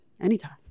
anytime